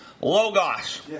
Logos